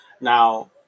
Now